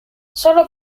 sólo